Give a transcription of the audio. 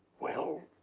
well?